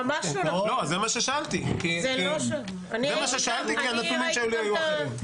לא, זה מה ששאלתי, כי הנתונים שהיו לי היו אחרים.